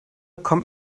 kommt